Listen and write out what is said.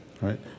right